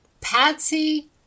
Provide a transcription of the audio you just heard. patsy